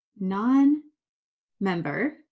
non-member